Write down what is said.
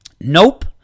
Nope